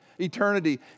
eternity